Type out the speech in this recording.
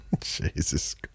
Jesus